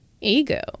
ego